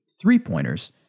three-pointers